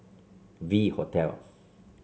V Hotel